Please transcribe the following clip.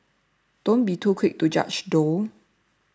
don't be too quick to judge though